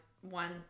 one